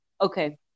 okay